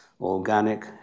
Organic